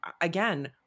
again